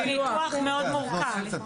זה ניתוח מאוד מורכב.